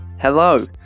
Hello